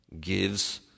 Gives